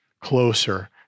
closer